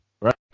right